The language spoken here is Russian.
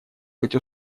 быть